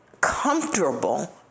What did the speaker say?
comfortable